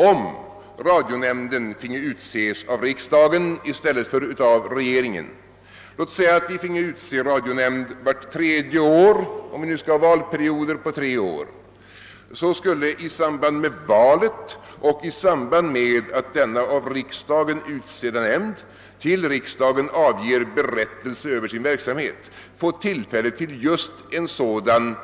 Om radionämnden finge utses av riksdagen i stället för av regeringen — låt oss säga att vi finge utse radionämnden vart tredje år, om vi nu skall ha valperioder på tre år — så skulle vi i samband med valet och i samband med att denna av riksdagen utsedda nämnd till riksdagen avger berättelse över sin verksamhet få tillfälle till just en sådan